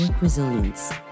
resilience